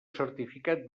certificat